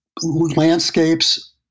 landscapes